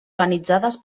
organitzades